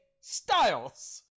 styles